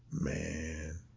Man